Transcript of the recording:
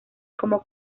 como